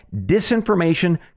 Disinformation